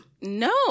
No